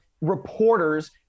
reporters